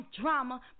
Drama